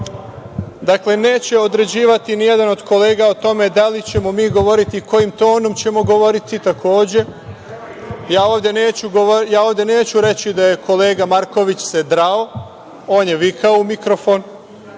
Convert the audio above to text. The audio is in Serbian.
neće određivati nijedan kolega o tome da li ćemo mi govoriti, kojim tonom ćemo govoriti. Ja ovde neću reći da se kolega Marković drao, on je vikao u mikrofon,